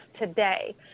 today